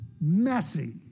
messy